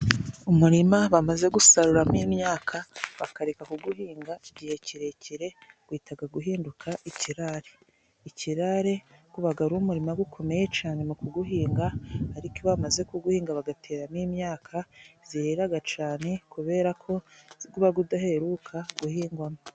Umurima bamaze gusaruramo imyaka bakareka guhinga igihe kirekire guhitaga guhinduka ikirare. Ikirare gubaga ari umurima gukomeye cane mu kuguhinga ariko iyo bamaze ku kuguhinga bagateramo imyaka zireraga cane kubera ko guba gudaheruka guhingwamo.